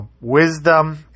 wisdom